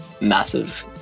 massive